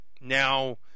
now